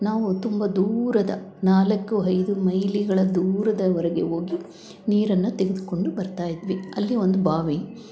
ನಾವು ತುಂಬ ದೂರದ ನಾಲ್ಕು ಐದು ಮೈಲಿಗಳ ದೂರದವರೆಗೆ ಹೋಗಿ ನೀರನ್ನು ತೆಗೆದುಕೊಂಡು ಬರ್ತಾ ಇದ್ವಿ ಅಲ್ಲಿ ಒಂದು ಬಾವಿ